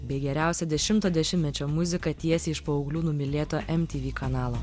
bei geriausia dešimto dešimtmečio muzika tiesiai iš paauglių numylėto mtv kanalo